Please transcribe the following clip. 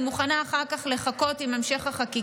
ואחר כך אני מוכנה לחכות עם המשך החקיקה,